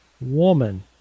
woman